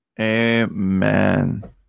Amen